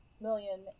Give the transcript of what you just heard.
million